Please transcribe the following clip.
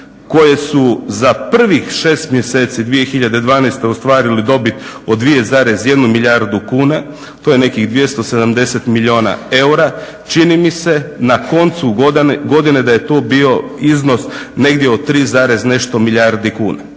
koje su za prvih 6 mjeseci 2012. ostvarile dobit od 2,1 milijardu kuna. To je nekih 270 milijuna eura. Čini mi se na koncu godine da je to bio iznos negdje od 3 i nešto milijardi kuna,